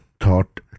Thought